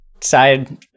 side